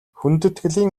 хүндэтгэлийн